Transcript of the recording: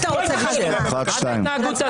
לא יתכן דבר כזה, לא יתכן.